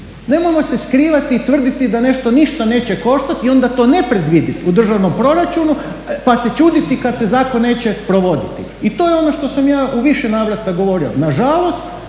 nemojmo se skrivati i tvrditi da nešto ništa neće koštati i onda to ne predvidjet u državnom proračunu, pa se čuditi kad se zakon neće provodit. I to je ono što sam ja u više navrata govorio. Nažalost